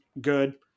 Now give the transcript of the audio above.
good